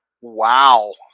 Wow